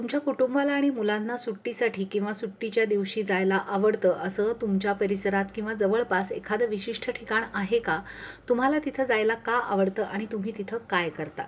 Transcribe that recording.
तुमच्या कुटुंबाला आणि मुलांना सुट्टीसाठी किंवा सुट्टीच्या दिवशी जायला आवडतं असं तुमच्या परिसरात किंवा जवळपास एखादं विशिष्ट्ठ ठिकाण आहे का तुम्हाला तिथं जायला का आवडतं आणि तुम्ही तिथं काय करता